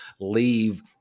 leave